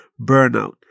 burnout